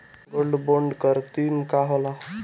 Gold bond करतिं का होला?